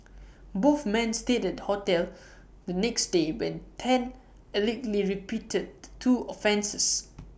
both men stayed at the hotel the next day when Tan allegedly repeated the two offences